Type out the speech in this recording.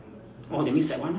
orh that means that one lah